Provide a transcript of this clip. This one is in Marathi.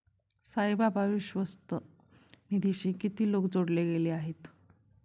साईबाबा विश्वस्त निधीशी किती लोक जोडले गेले आहेत?